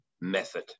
method